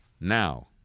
Now